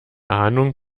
ahndung